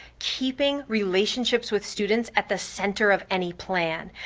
keeping relationships with students at the center of any plan.